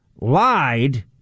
lied